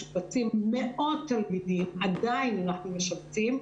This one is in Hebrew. משובצים מאות תלמידים, עדיין אנחנו משבצים.